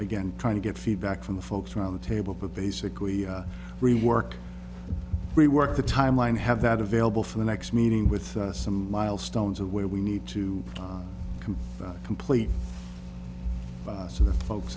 again trying to get feedback from the folks around the table but basically rework rework the timeline have that available for the next meeting with some milestones of where we need to convey that complete so the folks